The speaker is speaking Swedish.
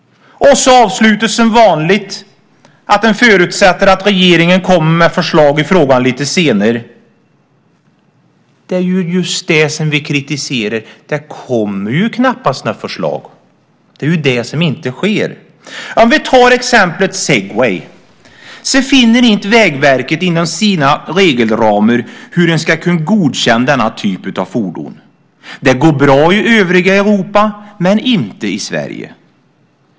Sedan avslutas det som vanligt med att man förutsätter att regeringen kommer med förslag i frågan lite senare. Det är just det vi kritiserar. Det kommer knappast några förslag. Det är ju det som inte sker. Om vi tar exemplet Segway finner vi att Vägverket inte inom sina regelramar kan godkänna denna typ av fordon. Det går bra i övriga Europa, men inte i Sverige.